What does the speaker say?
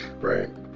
Right